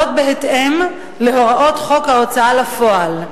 בהתאם להוראות חוק ההוצאה לפועל,